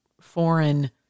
foreign